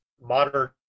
modern